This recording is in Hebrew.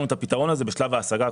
נתנו את הפתרון הזה בשלב ההשגה,